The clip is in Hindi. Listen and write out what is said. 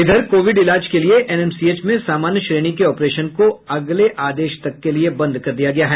इधर कोविड इलाज के लिये एनएमसीएच में सामान्य श्रेणी के ऑपरेशन को अगले आदेश तक के लिये बंद कर दिया गया है